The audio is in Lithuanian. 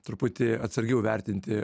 truputį atsargiau vertinti